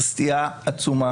שזו סטייה עצומה.